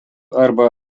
arba